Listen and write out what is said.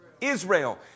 Israel